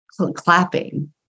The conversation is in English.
clapping